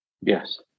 Yes